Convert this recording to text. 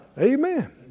Amen